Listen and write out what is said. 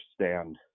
understand